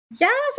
Yes